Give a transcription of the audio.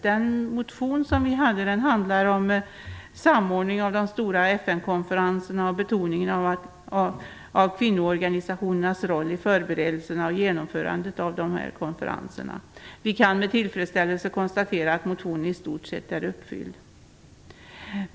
Vår motion handlar om samordning av de stora FN-konferenserna och om betoningen av kvinnoorganisationernas roll i förberedelserna och genomförandet av de här konferenserna. Vi kan med tillfredsställelse konstatera att motionen i stort sett är tillgodosedd.